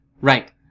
Right